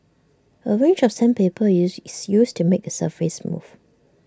A range of sandpaper use is used to make the surface smooth